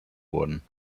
wurden